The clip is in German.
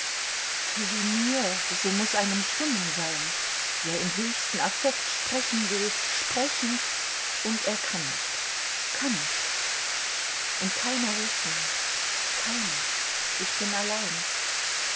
wie mir so muß einem stummen sein der im höchsten affekt sprechen will sprechen und er kann nicht kann nicht und keiner hilft mir keiner ich bin allein